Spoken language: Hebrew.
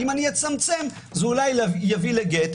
אם אני אצמצם זה אולי יביא לגט.